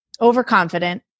overconfident